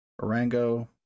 Orango